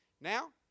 Now